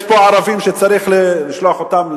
יש פה ערבים שצריך לשלוח אותם,